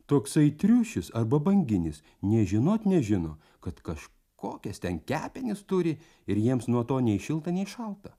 toksai triušis arba banginis nė žinot nežino kad kažkokias ten kepenis turi ir jiems nuo to nei šilta nei šalta